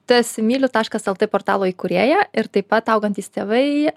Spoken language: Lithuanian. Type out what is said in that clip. tu esi myliu taškas lt portalo įkūrėja ir taip pat augantys tėvai